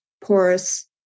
porous